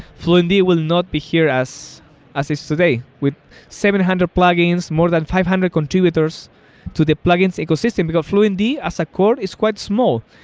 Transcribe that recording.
fluentd will not be here as is today with seven hundred plugins, more than five hundred contributors to the plugin's ecosystem, because fluentd, as a core, is quite small,